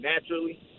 naturally